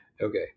Okay